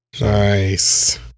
Nice